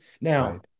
Now